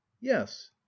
yes